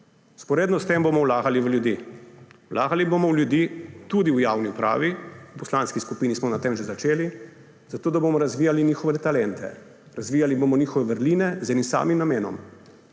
Vzporedno s tem bomo vlagali v ljudi. Vlagali bomo v ljudi tudi v javni upravi – v poslanski skupini smo na tem že začeli [delati] – zato da bomo razvijali njihove talente. Razvijali bomo njihove vrline z enim samim namenom